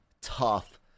tough